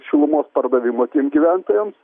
šilumos pardavimo tiem gyventojams